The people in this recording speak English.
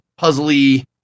puzzly